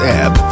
app